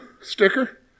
sticker